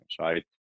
right